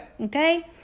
Okay